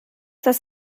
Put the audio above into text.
das